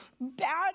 bad